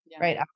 right